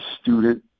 student